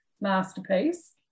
masterpiece